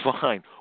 fine